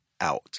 out